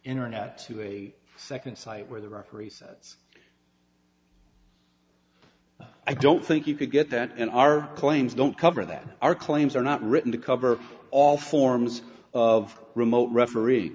internet to a second site where the referee sets i don't think you could get that in our claims don't cover that our claims are not written to cover all forms of remote referee